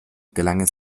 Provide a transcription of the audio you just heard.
gelang